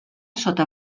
sota